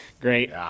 great